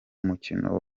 mukino